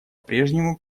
прежнему